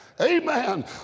Amen